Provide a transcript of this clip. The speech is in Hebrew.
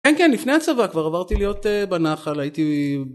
כן כן לפני הצבא כבר עברתי להיות בנחל הייתי